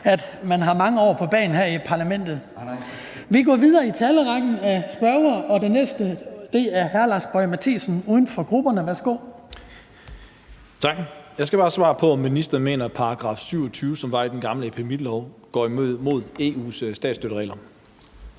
om man har mange år på bagen her i parlamentet. Vi går videre i rækken af spørgere, og den næste er hr. Lars Boje Mathiesen, uden for grupperne. Værsgo.